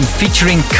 featuring